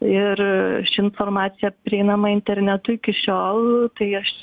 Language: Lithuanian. ir ši informacija prieinama internetu iki šiol tai aš